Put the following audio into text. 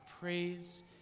praise